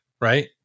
right